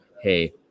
hey